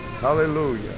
hallelujah